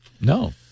No